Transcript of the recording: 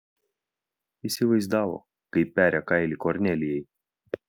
įsivaizdavo kaip peria kailį kornelijai